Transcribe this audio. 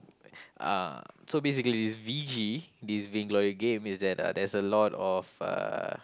uh so basically this v_g this Vainglory game is that there's a lot of uh